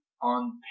on